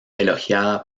elogiada